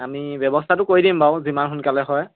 আমি ব্যৱস্থাটো কৰি দিম বাৰু যিমান সোনকালে হয়